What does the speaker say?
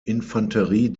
infanterie